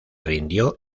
rindió